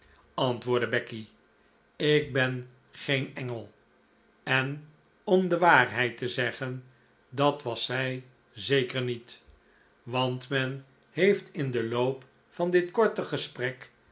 antwoordde becky ik ben geen engel en om de waarheid te zeggen dat was zij zeker niet want men heeft in den loop van dit korte gesprek